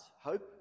hope